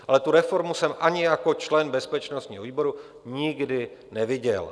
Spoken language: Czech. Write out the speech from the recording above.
Ale tu reformu jsem ani jako člen bezpečnostního výboru nikdy neviděl.